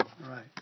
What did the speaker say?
Right